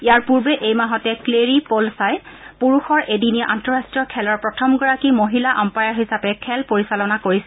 ইয়াৰ পূৰ্বে এই মাহতে ক্লেৰী প'লচাই পুৰুষৰ এদিনীয়া আন্তঃৰাষ্টীয় খেলৰ প্ৰথমগৰাকী মহিলা আম্পায়াৰ হিচাপে খেল পৰিচালনা কৰিছিল